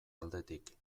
aldetik